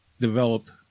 developed